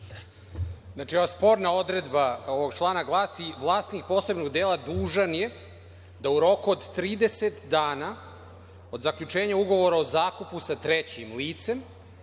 Znači, sporna odredba ovog člana glasi – vlasnik posebnog dela dužan je da u roku od 30 dana, od zaključenja ugovora o zakupu sa trećim licem,